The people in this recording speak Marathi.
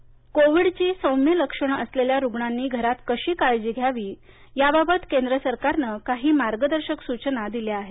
सौम्य लक्षणं कोविडची सौम्य लक्षणं असलेल्या रुग्णांनी घरात कशी काळजी घ्यावी याबाबत केंद्र सरकारनं काही मार्गदर्शक सूचना दिल्या आहेत